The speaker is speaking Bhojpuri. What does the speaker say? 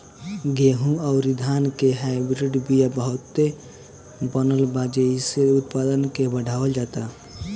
गेंहू अउरी धान के हाईब्रिड बिया बहुते बनल बा जेइसे उत्पादन के बढ़ावल जाता